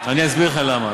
אני אסביר לך למה.